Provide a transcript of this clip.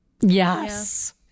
Yes